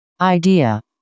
idea